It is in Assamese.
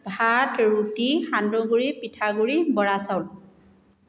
ভাত ৰুটি সান্দহগুড়ি পিঠাগুড়ি বৰা চাউল